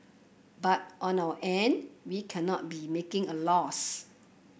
but on our end we cannot be making a loss